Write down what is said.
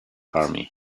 army